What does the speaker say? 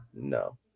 no